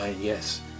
Yes